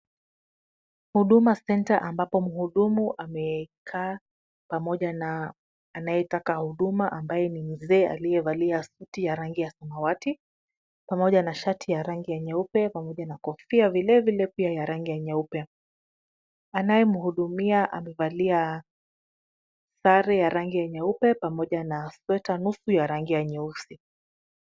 Huduma Center ambapo mhudumu amekaa pamoja na anayetaka huduma ambaye ni mzee aliyevalia suti ya rangi ya samawati pamoja na shati ya rangi ya nyeupe pamoja na kofia vilevile pia ya rangi ya nyeupe. Anayemhudumia amevalia sare ya rangi ya nyeupe pamoja na sweta nusu ya rangi ya nyeusi.